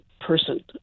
person